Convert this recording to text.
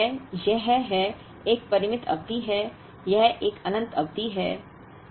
अब एक है यह है एक परिमित अवधि है यह एक अनंत अवधि है